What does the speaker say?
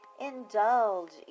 indulge